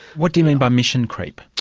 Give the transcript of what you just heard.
what do you mean by mission creep?